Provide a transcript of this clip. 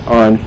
on